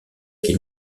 qui